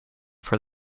for